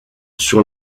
sur